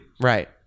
Right